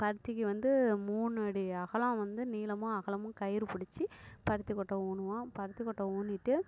பருத்திக்கு வந்து மூணு அடி அகலம் வந்து நீளமும் அகலமும் கயிறுபுடிச்சி பருத்திக்கொட்டை ஊனுவோம் பருத்திக்கொட்டை ஊனிட்டு